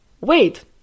wait